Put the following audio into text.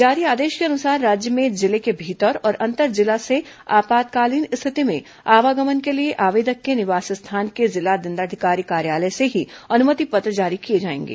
जारी आदेश के अनुसार राज्य में जिले के भीतर और अंतर्जिला से आपातकालीन स्थिति में आवागमन के लिए आवदेक के निवास स्थान के जिला दण्डाधिकारी कार्यालय से ही अनुमति पत्र जारी किए जाएंगे